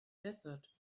desert